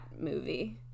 movie